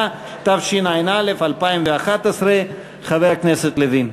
התשע"א 2011. חבר הכנסת לוין,